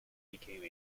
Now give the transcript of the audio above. became